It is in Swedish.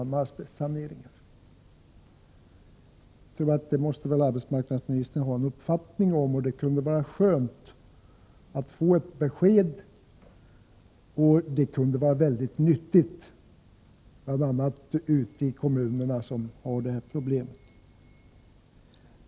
Det måste väl arbetsmarknadsministern ha en uppfattning om, och det skulle vara skönt att få ett besked. Det kunde vara mycket nyttigt, bl.a. ute i de kommuner som har detta problem.